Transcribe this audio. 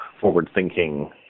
forward-thinking